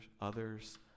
others